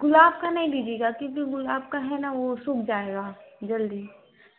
गुलाब का नहीं दीजिएगा क्यूँकि गुलाब का है ना वो सूख जाएगा जल्दी